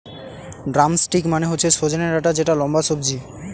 drumstick মানে হচ্ছে সজনে ডাটা যেটা লম্বা সবজি